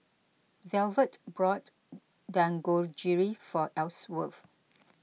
Velvet bought Dangojiru for Elsworth